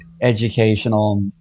educational